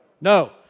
No